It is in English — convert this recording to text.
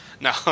no